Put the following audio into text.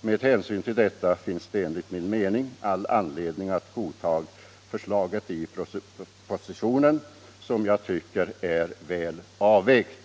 Med hänsyn till detta finns det enligt min mening all anledning att godta förslaget i propositionen, som jag tycker är väl avvägt.